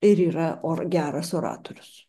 ir yra or geras oratorius